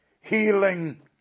healing